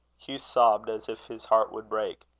hugh sobbed as if his heart would break.